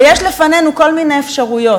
ויש לפנינו כל מיני אפשרויות,